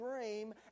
dream